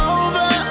over